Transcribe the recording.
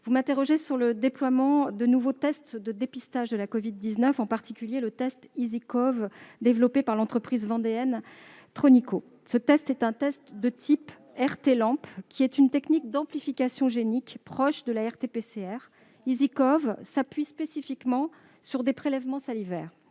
vous m'interrogez sur le déploiement de nouveaux tests de dépistage de la covid-19, en particulier le test EasyCOV, développé par l'entreprise vendéenne Tronico. Il s'agit d'un test de type RT-LAMP, technique d'amplification génique proche de la RT-PCR. EasyCOV puise spécifiquement sur des prélèvements salivaires.